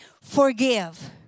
forgive